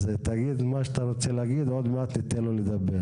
תגיד מה שאתה רוצה להגיד ועוד מעט ניתן לו לדבר.